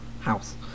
house